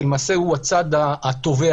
שלמעשה הוא הצד התובע,